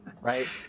right